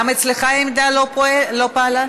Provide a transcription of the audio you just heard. גם אצלך העמדה לא פעלה?